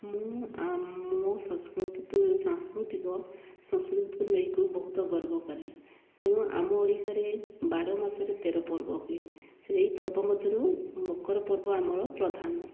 ମୁଁ ମୋ ସଂସ୍କୃତି ସାଂସ୍କୃତିକ ସଂସ୍କୃତିକୁ ନେଇକି ବହୁତ ଗର୍ବ କରେ ତେଣୁ ଆମ ଓଡ଼ିଶାରେ ବାର ମାସରେ ତେର ପର୍ବ ହୁଏ ସେଇ ପର୍ବ ମଧ୍ୟରୁ ମକର ପର୍ବ ଆମର ପ୍ରଧାନ